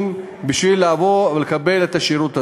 הגיוניים בשביל לקבל את השירות הזה.